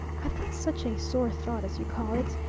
i've got such a sore thought as you call it,